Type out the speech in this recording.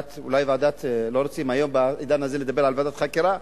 אולי לא רוצים לדבר בעידן הזה על ועדת חקירה,